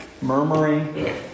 murmuring